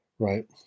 Right